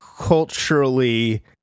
culturally